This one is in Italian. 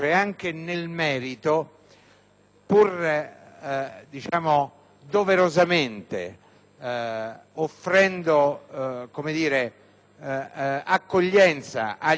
doverosamente accoglienza agli emendamenti proposti dai colleghi,